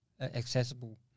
accessible